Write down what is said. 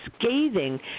scathing